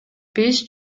биз